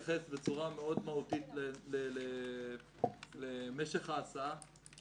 בצורה מאוד מהותית למשך ההסעה.